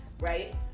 right